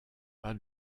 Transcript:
pas